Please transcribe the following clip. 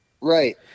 Right